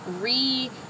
re